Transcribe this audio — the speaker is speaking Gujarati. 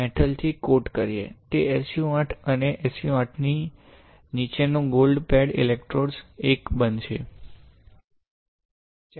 તે SU 8 અને SU 8 ની નીચેનો ગોલ્ડ પેડ ઇલેક્ટ્રોડ 1 બનશે